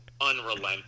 unrelenting